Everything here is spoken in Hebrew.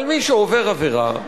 מי שעובר עבירה,